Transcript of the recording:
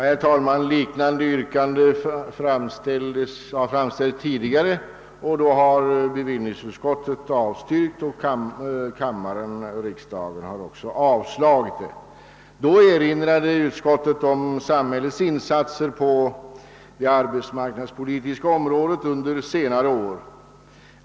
Herr talman! Motionsyrkanden av samma innebörd som de i år föreliggande har tidigare framställts men avslagits. Riksdagen har därvid erinrat om samhällets insatser på det arbetsmarknadspolitiska området under senare år.